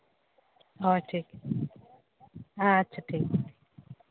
ᱦᱳᱭ ᱴᱷᱤᱠ ᱟᱪᱪᱷᱟ ᱴᱷᱤᱠ ᱜᱮᱭᱟ